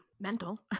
mental